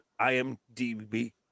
IMDb